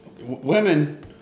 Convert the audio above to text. Women